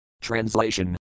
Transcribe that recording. Translation